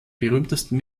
berühmtesten